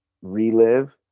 relive